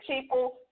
people